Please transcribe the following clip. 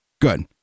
good